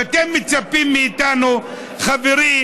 ואתם מצפים מאיתנו, חברי